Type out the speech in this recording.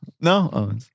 no